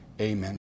Amen